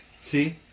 See